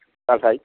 হ্যাঁ তাই